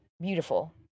beautiful